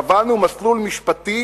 קבענו מסלול משפטי